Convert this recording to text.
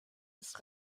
ist